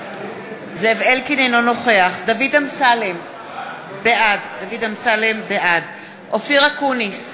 אינו נוכח דוד אמסלם, בעד אופיר אקוניס,